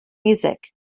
music